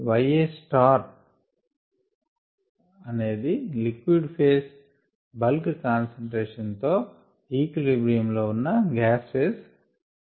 yAఇది అనేది liquid phase bulk concentration తో equilibrium లో ఉన్న గ్యాస్ ఫేస్ కంపొజిషన్